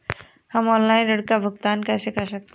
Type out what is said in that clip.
हम ऑनलाइन ऋण का भुगतान कैसे कर सकते हैं?